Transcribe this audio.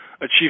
achieve